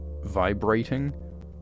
Vibrating